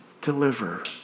deliver